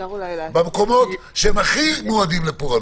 במקומות שהם הכי מועדים לפורענות.